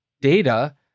data